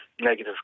negative